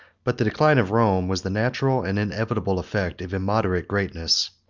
but the decline of rome was the natural and inevitable effect of immoderate greatness.